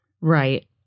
Right